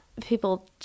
people